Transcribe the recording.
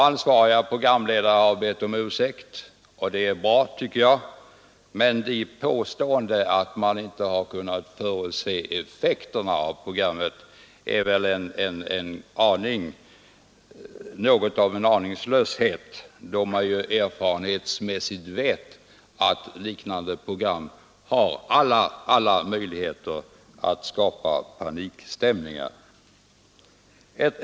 Ansvariga programledare har bett om ursäkt — och det är bra — men påståendena om att man inte hade kunnat förutse effekterna av programmet vittnar om häpnadsväckande aningslöshet, då vi erfarenhetsmässigt vet att liknande program har alla förutsättningar att skapa panikstämningar.